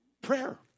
Prayer